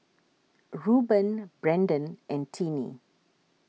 Rueben Brenden and Tinie